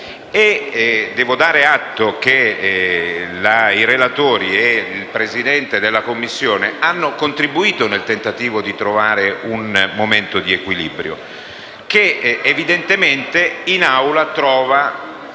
devo dare atto che i relatori e il Presidente della Commissione hanno contribuito al tentativo di trovare un punto di equilibrio, che evidentemente in Aula porta